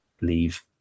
leave